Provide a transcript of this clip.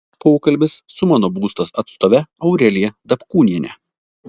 pokalbis su mano būstas atstove aurelija dapkūniene